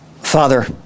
Father